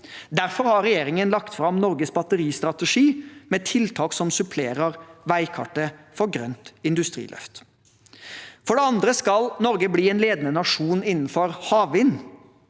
Derfor har regjeringen lagt fram Norges batteristrategi med tiltak som supplerer veikartet for grønt industriløft. For det andre skal Norge bli en ledende nasjon innenfor havvind.